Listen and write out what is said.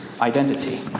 identity